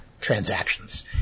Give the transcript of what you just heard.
transactions